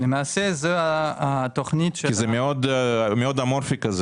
זה מאוד אמורפי.